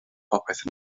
popeth